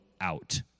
out